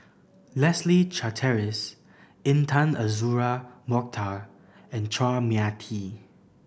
Leslie Charteris Intan Azura Mokhtar and Chua Mia Tee